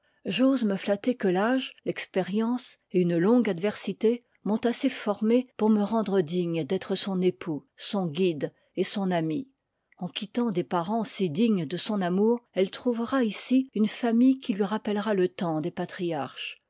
j'ose me flatter que l'âge l'expérience et une longue adversité m'ont assez formé pour me rendre digne d'être son époux son guide et son ami en quittant des parens si dignes de son amour elle trouvera ici une famille qui lui rappelera le temps des patriarches